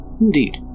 Indeed